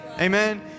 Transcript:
Amen